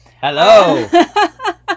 Hello